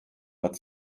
but